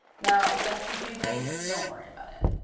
now if that's confusing, don't worry about it.